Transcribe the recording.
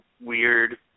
weird